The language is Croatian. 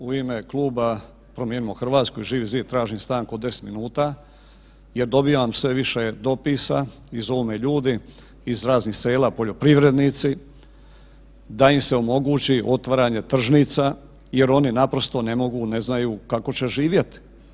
U ime kluba Promijenimo Hrvatsku i Živi zid tražim stanku od 10 minuta jer dobivam sve više dopisa i zovu me ljudi iz raznih sela poljoprivrednici da im se omogući otvaranje tržnica jer oni naprosto ne mogu, ne znaju kako će živjeti.